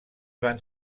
van